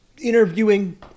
interviewing